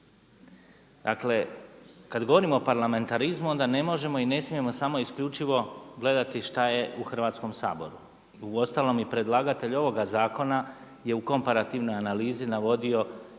Dakle, kad govorimo o parlamentarizmu onda ne možemo i ne smijemo samo isključivo gledati što je u Hrvatskom saboru. Uostalom i predlagatelj ovog zakona je u komparativnoj analizi navodio